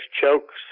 chokes